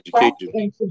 education